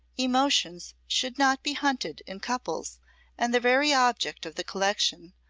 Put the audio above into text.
emotions should not be hunted in couples and the very object of the collection,